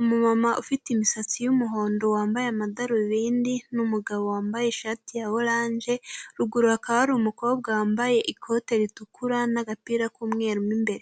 umumama ufite imisatsi y'umuhondo wambaye amadarubindi n'umugabo wambaye ishati ya oranje, ruguru hakaba hari umukobwa wambaye ikote ritukura n'agapira k'umweru mo imbere.